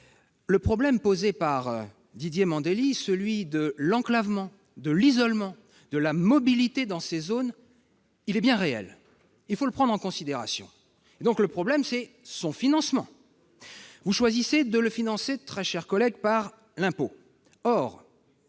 soulevée par Didier Mandelli, celle de l'enclavement, de l'isolement, de la mobilité dans ces zones, est bien réelle, et il faut la prendre en considération. Le problème, c'est donc le financement. Vous choisissez de financer, mon très cher collègue, par l'impôt.